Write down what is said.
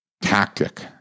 tactic